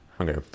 Okay